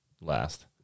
last